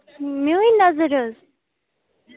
میٛٲنۍ نَظر حظ